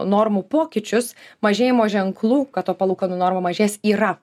normų pokyčius mažėjimo ženklų kad ta palūkanų norma mažės yra